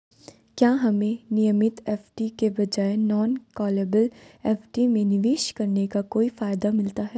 क्या हमें नियमित एफ.डी के बजाय नॉन कॉलेबल एफ.डी में निवेश करने का कोई फायदा मिलता है?